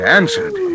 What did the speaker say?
answered